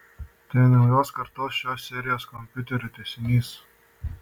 tai naujos kartos šios serijos kompiuterių tęsinys